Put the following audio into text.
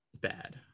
bad